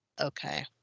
Okay